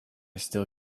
still